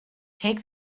take